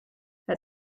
het